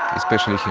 especially him.